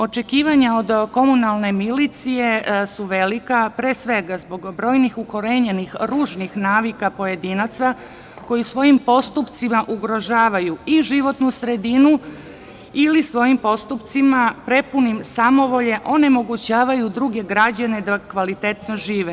Očekivanje od komunalne milicije su velika, pre svega zbog brojnih ukorenjenih ružnih navika pojedinaca koji svojim postupcima ugrožavaju i životnu sredinu ili svojim postupcima prepunim samovolje onemogućavaju druge građane da kvalitetno žive.